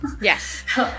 yes